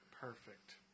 Perfect